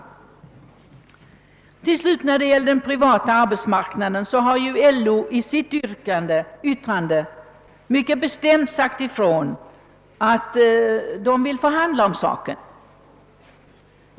Vad till slut beträffar den privata arbetsmarknaden har Landsorganisationen i sitt yttrande mycket bestämt sagt ifrån att man vill förhandla om dessa frågor.